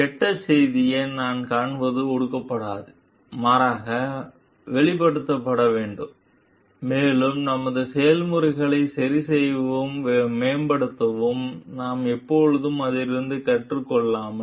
எனவே கெட்ட செய்தியை நாம் காண்பது ஒடுக்கப்படாது மாறாக வெளிப்படுத்தப்பட வேண்டும் மேலும் நமது செயல்முறைகளை சரிசெய்யவும் மேம்படுத்தவும் நாம் எப்போதும் அதிலிருந்து கற்றுக்கொள்ளலாம்